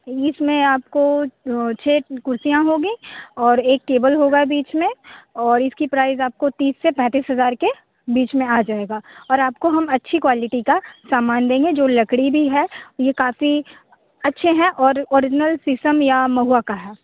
इसमें आपको छः कुर्सियाँ होगी और एक टेबल होगा बीच में और इसकी प्राइज़ आपको तीस से पैतीस हज़ार के बीच में आ जाएगा और आपको हम अच्छी क्वालिटी का सामान देंगे जो लकड़ी भी है यह काफ़ी अच्छी है और ऑरिजिनल शीशम या महुआ का है